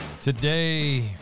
Today